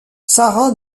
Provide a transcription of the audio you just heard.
sarah